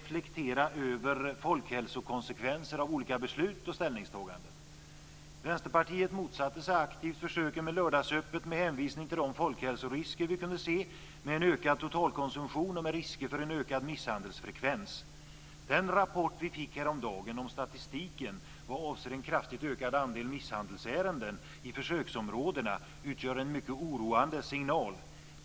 Vänsterpartiet motsatte sig aktivt försöken med lördagsöppet med hänvisning till de folkhälsorisker vi kunde se med en ökad totalkonsumtion och med risker för en ökad misshandelsfrekvens. Den rapport vi fick häromdagen om statistiken vad avser en kraftigt ökad andel misshandelsärenden i försöksområdena utgör en mycket oroande signal.